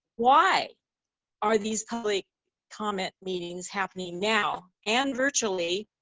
why are these public comment meetings happening now, and virtually,